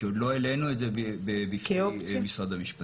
כי עוד לא העלינו את זה בפני משרד המשפטים.